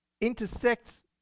intersects